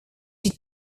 did